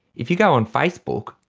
if you go on facebook,